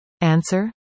Answer